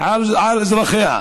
על אזרחיה.